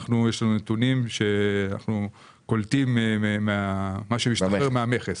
אנחנו קולטים את מה שמשתחרר מהמכס.